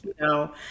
No